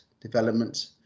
development